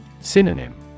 Synonym